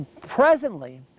presently